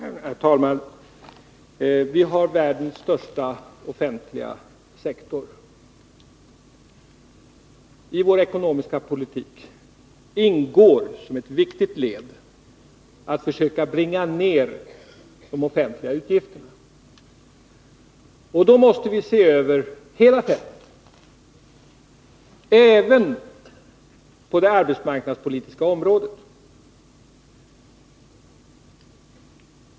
Herr talman! Vi har världens största offentliga sektor. I vår ekonomiska politik ingår som ett viktigt led att försöka bringa ned de offentliga utgifterna. Då måste vi se över hela fältet, även det arbetsmarknadspolitiska området.